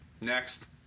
Next